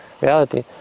reality